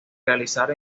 realizar